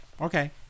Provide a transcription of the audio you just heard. Okay